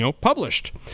published